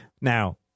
Now